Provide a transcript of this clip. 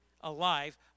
alive